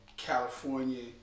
California